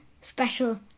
special